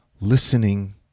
listening